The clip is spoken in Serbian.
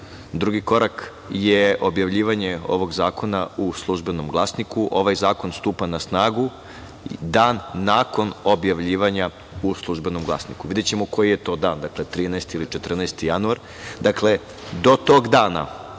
Drugi korak je objavljivanje ovog zakona u „Službenom glasniku“. Ovaj zakon stupa na snagu dan nakon objavljivanja u „Službenom glasniku“, videćemo koji je to dan 13. ili 14. januar. Dakle, do tog dana